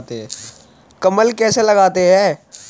कलम कैसे लगाते हैं?